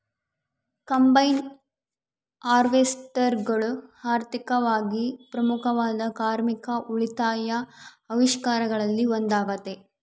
combine ಹಾರ್ವೆಸ್ಟರ್ಗಳು ಆರ್ಥಿಕವಾಗಿ ಪ್ರಮುಖವಾದ ಕಾರ್ಮಿಕ ಉಳಿತಾಯ ಆವಿಷ್ಕಾರಗಳಲ್ಲಿ ಒಂದಾಗತೆ